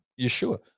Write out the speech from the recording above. Yeshua